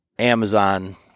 amazon